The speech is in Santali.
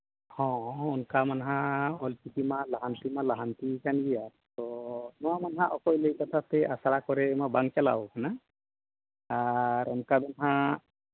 ᱦᱚᱸ ᱚᱱᱠᱟ ᱢᱟᱱᱟᱜ ᱚᱞ ᱪᱤᱠᱤ ᱢᱟ ᱞᱟᱦᱟᱱᱛᱤ ᱢᱟ ᱞᱟᱦᱟᱱᱛᱤᱭᱟᱠᱟᱱ ᱜᱮᱭᱟ ᱛᱚ ᱱᱚᱣᱟ ᱢᱟ ᱢᱱᱟᱜ ᱚᱠᱚᱭ ᱞᱟᱹᱭ ᱠᱟᱛᱷᱟ ᱛᱮ ᱟᱥᱲᱟ ᱠᱚᱨᱮ ᱢᱟ ᱵᱟᱝ ᱪᱟᱞᱟᱣᱟᱠᱟᱱᱟ ᱟᱨ ᱚᱱᱠᱟ ᱫᱚ ᱱᱟᱜ